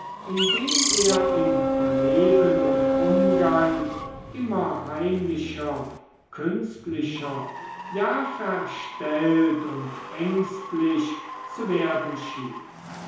indem er im leben und umgang immer heimlicher künstlicher ja verstellt und ängstlich zu werden schien